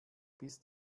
bis